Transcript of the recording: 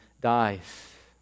dies